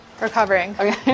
Recovering